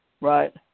Right